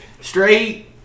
straight